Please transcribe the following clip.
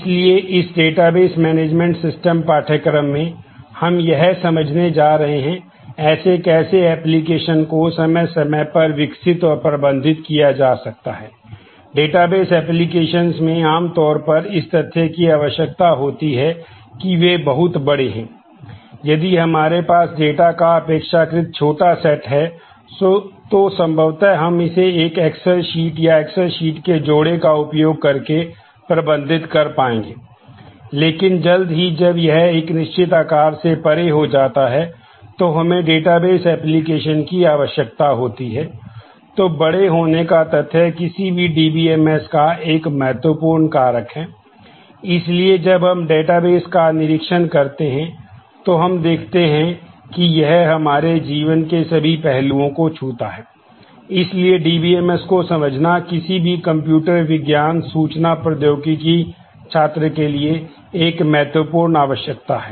इसलिए इस database management system में आमतौर पर इस तथ्य की विशेषता होती है कि वे बहुत बड़े हैं यदि हमारे पास डेटा का एक महत्वपूर्ण कारक है इसलिए जब हम डेटाबेस को समझना किसी भी कंप्यूटर विज्ञान सूचना प्रौद्योगिकी छात्र के लिए एक महत्वपूर्ण आवश्यकता है